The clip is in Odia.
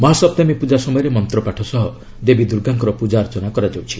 ମହାସପ୍ତମୀ ପ୍ରକା ସମୟରେ ମନ୍ତ୍ରପାଠ ସହ ଦେବୀ ଦୂର୍ଗାଙ୍କର ପ୍ରଜାର୍ଚ୍ଚନା କରାଯାଉଛି